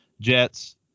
Jets